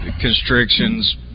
constrictions